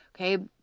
okay